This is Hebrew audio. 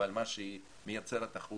אבל מה שהיא מייצרת החוצה,